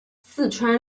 四川